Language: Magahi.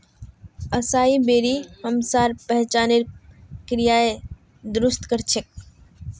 असाई बेरी हमसार पाचनेर क्रियाके दुरुस्त कर छेक